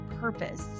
purpose